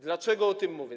Dlaczego o tym mówię?